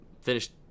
Finished